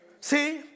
See